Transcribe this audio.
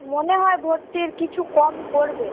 মনে হয় ভর্তির কিছু কম করবে